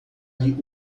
lhe